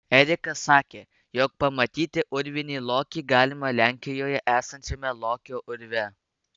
erikas sakė jog pamatyti urvinį lokį galima lenkijoje esančiame lokio urve